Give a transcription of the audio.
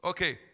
Okay